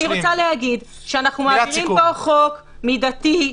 אנחנו מעבירים פה חוק מידתי.